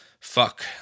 fuck